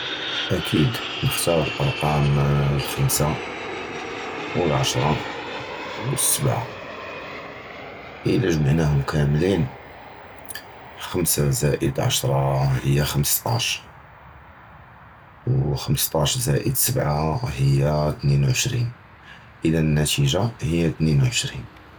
אַכִּיד, נְחְתַאר אֻלְקָּרָאם הַחֻמְסָה וְהַעַשְרָה וְהַסְבַעָה, אִיָּא גַּמְעְנָהּוּם קָאמְלִין חֻמְסָה זַאִיד עַשְרָה הִי חֻמְשְטַאש, וְחֻמְשְטַאש זַאִיד סְבַעָה הִי אִתְנֵין עַשְרִין, אִיָּא נַתִיגָ'ה הִי אִתְנֵין עַשְרִין.